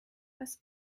das